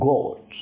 God